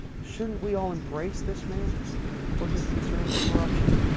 shouldn't we all embrace this man for his concern of corruption?